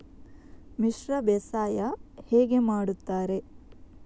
ಮಿಶ್ರ ಬೇಸಾಯ ಹೇಗೆ ಮಾಡುತ್ತಾರೆ?